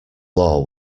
law